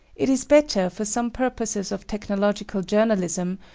it is better, for some purposes of technological journalism,